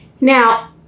Now